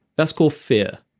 that's called fear.